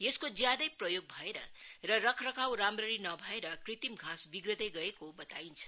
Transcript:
यसको ज्यादै प्रयोग भएर र रखरखाव राम्ररी नभएर कृत्रिम घाँस बिग्रन्दै गएको बताइन्छ